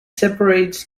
separates